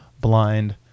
blind